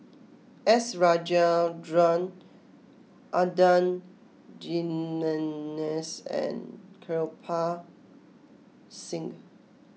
S Rajendran Adan Jimenez and Kirpal Singh